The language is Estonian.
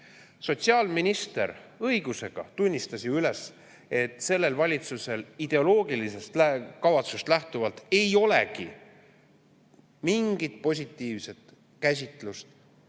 Sotsiaalminister õigusega tunnistas ju üles, et sellel valitsusel ideoloogilisest kavatsusest lähtuvalt ei olegi mingit positiivset käsitlust